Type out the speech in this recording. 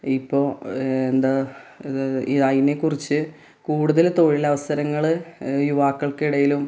ഇപ്പോൾ എന്താ അതിനെ കുറിച്ച് കൂടുതൽ തൊഴിലവസരങ്ങൾ യുവാക്കള്ക്കിടയിലും